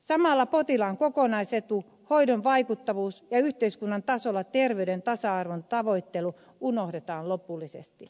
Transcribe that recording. samalla potilaan kokonaisetu hoidon vaikuttavuus ja yhteiskunnan tasolla terveyden tasa arvon tavoittelu unohdetaan lopullisesti